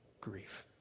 grief